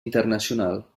internacional